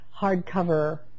hardcover